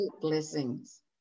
blessings